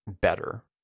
better